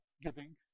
giving